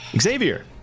Xavier